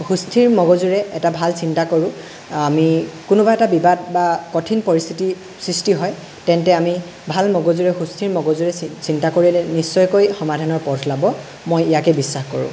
সুস্থিৰ মগজুৰে এটা ভাল চিন্তা কৰোঁ আমি কোনোবা এটা বিবাদ বা কঠিন পৰিস্থিতি সৃষ্টি হয় তেন্তে আমি ভাল মগজুৰে সুস্থিৰ মগজুৰে চিন্তা কৰিলে নিশ্চয়কৈ সমাধানৰ পথ ওলাব মই ইয়াকে বিশ্বাস কৰোঁ